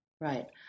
right